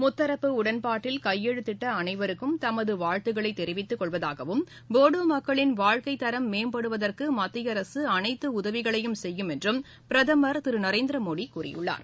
முத்தரப்பு உடன்பாட்டில் கையெழுத்திட்ட அளைவருக்கும் தமது வாழ்த்துக்களை தெரிவித்துக்கொள்வதாகவும் போடோ மக்களின் வாழ்க்கை தரம் மேம்படுவதற்கு மத்திய அரசு அனைத்து உதவிகளையும் செய்யும் என்று பிரதமர் திரு நரேந்திர மோடி கூறியுள்ளார்